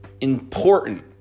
important